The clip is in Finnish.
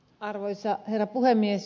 arvoisa herra puhemies